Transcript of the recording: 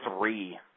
three